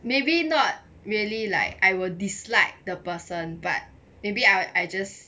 maybe not really like I will dislike the person but maybe I I just